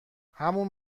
همون